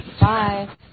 Bye